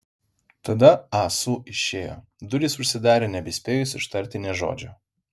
tada ah su išėjo durys užsidarė nebespėjus ištarti nė žodžio